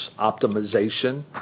optimization